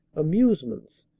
amusements,